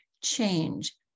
change